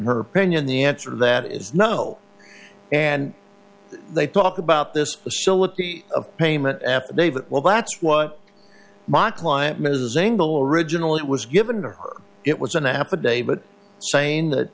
her pinion the answer to that is no and they talk about this facility of payment affidavit well that's what my client ms ingle originally it was given to her it was and a half a day but saying that